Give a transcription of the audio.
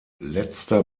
letzter